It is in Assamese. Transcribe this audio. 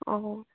অঁ